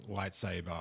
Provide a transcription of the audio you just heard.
Lightsaber